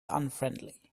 unfriendly